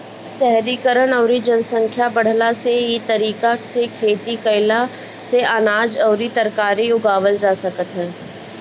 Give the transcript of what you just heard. शहरीकरण अउरी जनसंख्या बढ़ला से इ तरीका से खेती कईला से अनाज अउरी तरकारी उगावल जा सकत ह